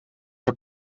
van